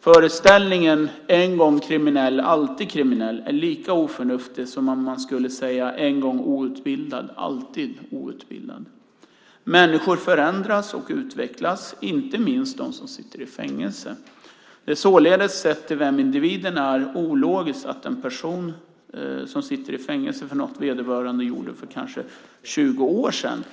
Föreställningen en gång kriminell alltid kriminell är lika oförnuftig som om man skulle säga en gång outbildad alltid outbildad. Människor förändras och utvecklas, inte minst de som sitter i fängelse. Sett till individen är det således ologiskt och orimligt att en person sitter i fängelse för något vederbörande gjorde för kanske 20 år sedan.